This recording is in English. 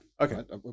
Okay